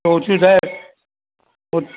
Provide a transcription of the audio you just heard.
તો ઓછું થાય ઓ